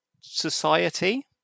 society